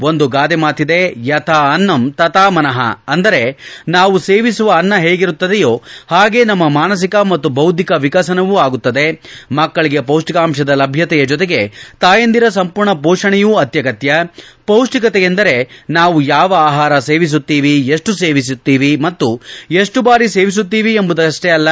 ಒಂದು ಗಾದೆ ಮಾತಿದೆ ಯಥಾ ಅನ್ನಮ್ ತಥಾ ಮನಃ ಅಂದರೆ ನಾವು ಸೇವಿಸುವ ಅನ್ನ ಹೇಗಿರುತ್ತದೆಯೋ ಹಾಗೆ ನಮ್ನ ಮಾನಸಿಕ ಮತ್ತು ಬೌದ್ದಿಕ ವಿಕಸನವೂ ಆಗುತ್ತದೆ ಮಕ್ಕಳಿಗೆ ಪೌಷ್ಠಿಕಾಂಶದ ಲಭ್ಯತೆ ಜತೆಗೆ ತಾಯಂದಿರ ಸಂಪೂರ್ಣ ಪೋಷಣೆಯೂ ಅತ್ಯಗತ್ಯ ಪೌಷ್ಠಿಕತೆಯೆಂದರೆ ನಾವು ಯಾವ ಆಹಾರ ಸೇವಿಸುತ್ತೀವಿ ಎಷ್ಟು ಸೇವಿಸುತ್ತೀವಿ ಎಷ್ಟು ಬಾರಿ ಸೇವಿಸುತ್ತೀವಿ ಎಂಬುದಷ್ಟೇ ಅಲ್ಲ